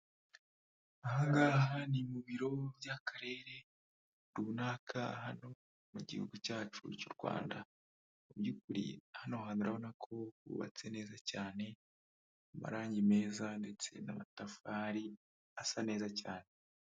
Aha ngaha ni mu biro by'Akarere runaka hano mu gihugu cyacu cy'u Rwanda, mu byukuri hano hantu urabona ko hubatse neza cyane, amarangi meza ndetse n'amatafari asa neza cyane.